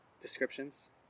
descriptions